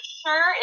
sure